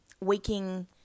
waking